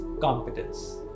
competence